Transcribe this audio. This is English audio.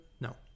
no